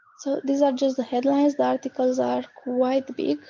so these are just the headlines, the articles are quite big.